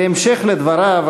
בהמשך דבריו,